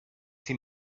see